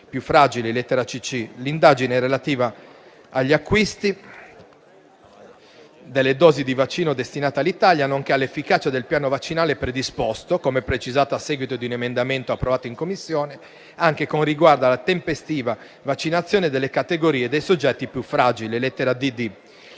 più fragili (lettera *cc*); l'indagine relativa agli acquisti delle dosi di vaccino destinate all'Italia, nonché all'efficacia del piano vaccinale predisposto, come precisato a seguito di un emendamento approvato in Commissione, anche con riguardo alla tempestiva vaccinazione delle categorie dei soggetti più fragili (lettera